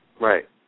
Right